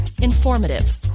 informative